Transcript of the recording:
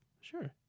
sure